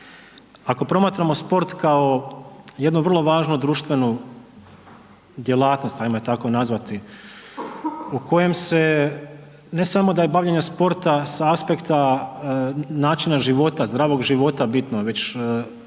Ako promatramo sport kao jednu vrlo važnu društvenu djelatnost hajmo ju tako nazvati u kojem se ne samo da je bavljenje sportom sa aspekta načina života zdravog života bitno već zapravo